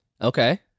Okay